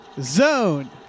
Zone